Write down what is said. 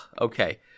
okay